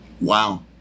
Wow